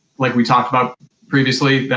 like we talked about previously,